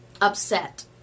upset